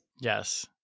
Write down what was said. Yes